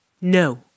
No